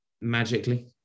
magically